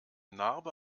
narbe